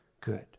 good